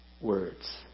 words